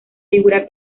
figura